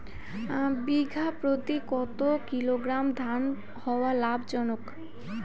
বিঘা প্রতি কতো কিলোগ্রাম ধান হওয়া লাভজনক?